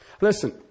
Listen